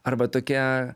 arba tokia